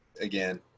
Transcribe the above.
again